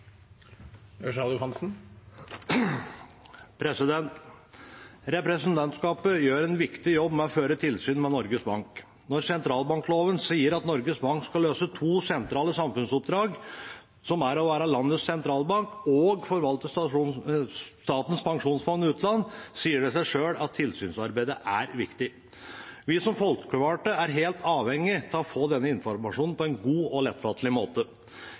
Representantskapet gjør en viktig jobb med å føre tilsyn med Norges Bank. Når sentralbankloven sier at Norges Bank skal løse to sentrale samfunnsoppdrag, som er å være landets sentralbank og forvalte Statens pensjonsfond utland, sier det seg selv at tilsynsarbeidet er viktig. Vi som folkevalgte er helt avhengige av å få denne informasjonen på en god og lettfattelig måte.